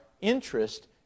interest